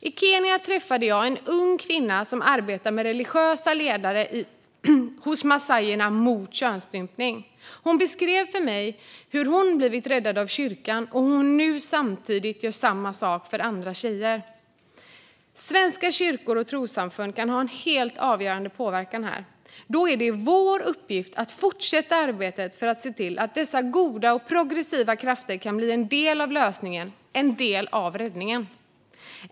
I Kenya träffade jag en ung kvinna som tillsammans med religiösa ledare hos massajerna arbetar mot könsstympning. Hon beskrev för mig hur hon blivit räddad av kyrkan och nu gör samma sak för andra tjejer. Svenska kyrkor och trossamfund kan ha en helt avgörande påverkan här, och det är vår uppgift att fortsätta arbetet för att se till att dessa goda och progressiva krafter kan bli en del av lösningen - en del av räddningen.